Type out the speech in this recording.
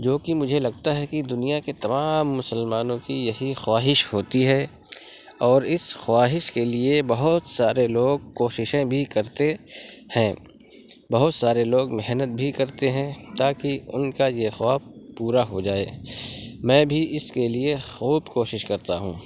جو کہ مجھے لگتا ہے کہ دُنیا کے تمام مسلمانوں کی یہی خواہش ہوتی ہے اور اِس خواہش کے لیے بہت سارے لوگ کوششیں بھی کرتے ہیں بہت سارے لوگ محنت بھی کرتے ہیں تاکہ اُن کا یہ خواب پورا ہو جائے میں بھی اِس کے لیے خوب کوشش کرتا ہوں